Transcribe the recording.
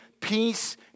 peace